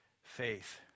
Faith